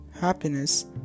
happiness